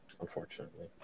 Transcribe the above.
unfortunately